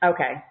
Okay